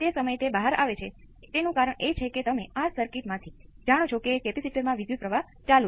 તેથી મુદ્દો એ નથી કે હું આ સર્કિટમાં કેટલા કેપેસિટર દોરું છું